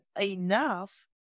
enough